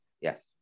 Yes